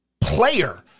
player